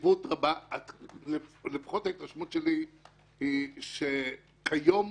לפחות ההתרשמות שלי היא שכיום,